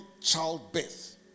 childbirth